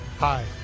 Hi